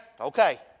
Okay